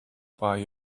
buy